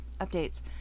updates